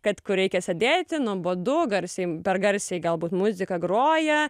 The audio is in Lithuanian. kad kur reikia sėdėti nuobodu garsiai per garsiai galbūt muziką groja